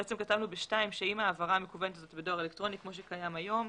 ב-(2) כתבנו שאם ההעברה מקוונת בדואר אלקטרוני כפי שקיים היום,